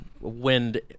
wind